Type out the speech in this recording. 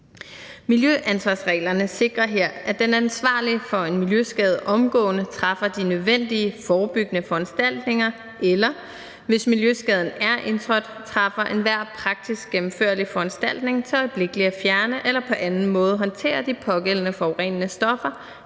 Miljøansvarsreglerne sikrer her, at den ansvarlige for en miljøskade omgående træffer de nødvendige forebyggende foranstaltninger eller, hvis miljøskaden er indtrådt, træffer enhver praktisk gennemførlig foranstaltning for øjeblikkelig at fjerne eller på anden måde håndtere de pågældende forurenende stoffer